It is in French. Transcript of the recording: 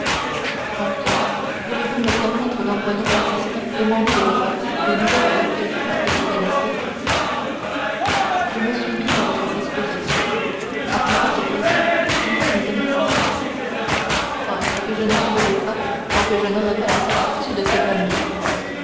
voulez-vous me permettre d'envoyer baptistin demander de votre part des nouvelles de quelqu'un que vous connaissez je me suis mis à votre disposition à plus forte raison j'y mets mes domestiques oh c'est que je ne vivrai pas tant que je n'aurai pas la certitude qu'elle va mieux